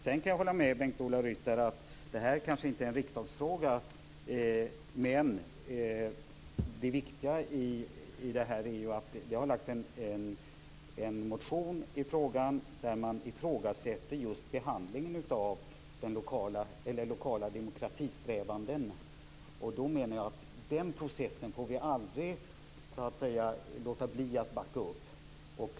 Jag kan kanske hålla med Bengt-Ola Ryttar om att det här inte är en riksdagsfråga, men det viktiga är att det har väckts en motion där behandlingen av lokala demokratisträvanden ifrågasätts. Jag menar att vi aldrig får låta bli att backa upp den processen.